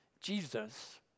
Jesus